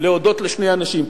להודות לשני אנשים.